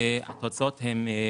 כשהמחקרים מראים